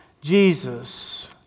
Jesus